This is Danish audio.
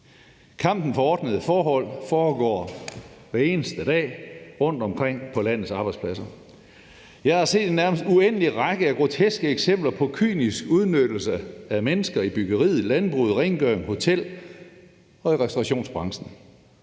Kampen for ordnede forhold foregår hver eneste dag rundtomkring på landets arbejdspladser. Jeg har set en nærmest uendelig række af groteske eksempler på kynisk udnyttelse af mennesker i byggeriet, i landbruget, inden for rengøring og i hotel- og restaurationsbranchen.